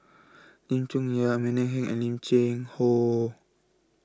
Lim Chong Yah Amanda Heng and Lim Cheng Hoe